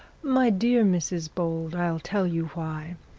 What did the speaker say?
my dear mrs bold, i'll tell you why.